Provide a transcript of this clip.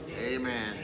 Amen